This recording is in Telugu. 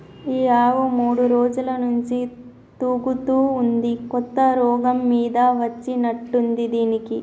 ఈ ఆవు మూడు రోజుల నుంచి తూగుతా ఉంది కొత్త రోగం మీద వచ్చినట్టుంది దీనికి